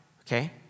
okay